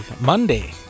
Monday